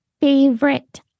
favorite